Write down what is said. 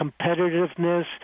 competitiveness